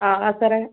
ആ ആ സാറേ